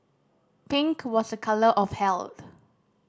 pink was a colour of health